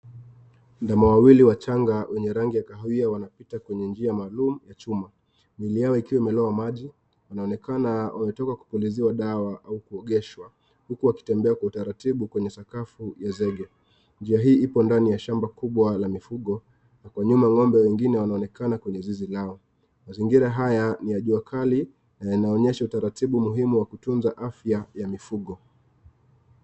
Ndama wawili wachanga wenye rangi ya kahuya wanapita katika njia maarum ya chuma miili yao ikiwa imelowa maji inaonekana wametokea kupulizia dawa au kuogeshwa huku wakitembea kwa utaratibu kwenye sakafu ya zege, juu ya hii Iko katika shamba kubwa ya mifugo na Kuna ngombe wengine wanaonekana kwa zizi lao mazingira haya niya jua Kali yanaonyesha utaratibu muhimu wa kutunza afya ya mifugo.